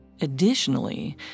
Additionally